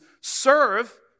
serve